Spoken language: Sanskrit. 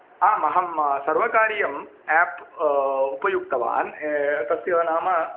आम् अहं सर्वकारीयं आप् उपयुक्तवान् तस्य नाम